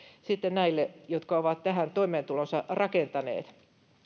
sitten niille jotka ovat tähän toimeentulonsa rakentaneet